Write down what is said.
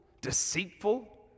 deceitful